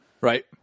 Right